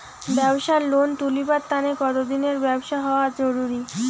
ব্যাবসার লোন তুলিবার তানে কতদিনের ব্যবসা হওয়া জরুরি?